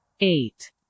eight